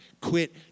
Quit